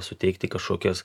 suteikti kažkokias